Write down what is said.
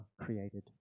created